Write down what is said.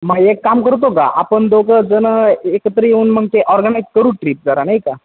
मग एक काम करतो का आपण दोघं जणं एकत्र येऊन मग ते ऑर्गनाईज करू ट्रीप जरा नाही का